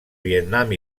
vietnam